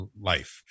life